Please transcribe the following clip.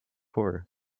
horror